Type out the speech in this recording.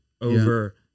over